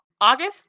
August